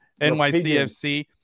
NYCFC